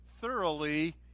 thoroughly